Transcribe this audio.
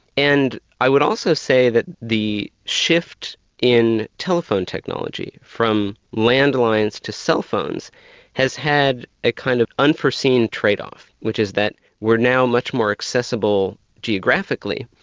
and i would also say that the shift in telephone technology from landlines to cellphones has had a kind of unforeseen trade-off, which is that we're now much more accessible geographically,